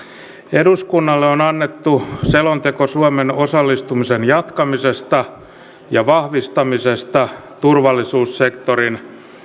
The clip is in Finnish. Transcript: eduskunnalle on annettu selonteko suomen osallistumisen jatkamisesta ja vahvistamisesta turvallisuussektorin